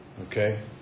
Okay